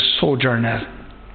sojourner